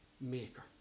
maker